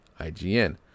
IGN